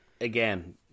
Again